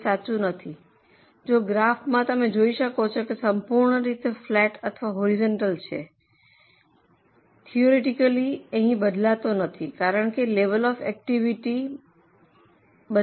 તે સાચું નથી જો ગ્રાફમાં તમે જોઈ શકો છો કે તે સંપૂર્ણ રીતે ફ્લેટ અથવા હોરિઝોન્ટલ છે તે અહીં થિયોરેટિકેલી બદલાતો નથી કારણ કે લેવલ ઑફ એકટીવીટીને બદલાતું નથી